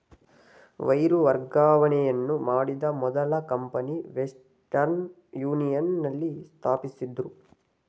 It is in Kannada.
ವೈರು ವರ್ಗಾವಣೆಯನ್ನು ಮಾಡಿದ ಮೊದಲ ಕಂಪನಿ ವೆಸ್ಟರ್ನ್ ಯೂನಿಯನ್ ನಲ್ಲಿ ಸ್ಥಾಪಿಸಿದ್ದ್ರು